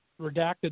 redacted